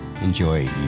enjoy